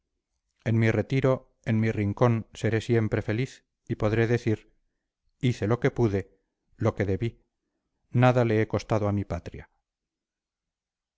en mi retiro en mi rincón seré siempre feliz y podré decir hice lo que pude lo que debí nada le he costado a mi patria